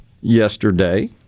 yesterday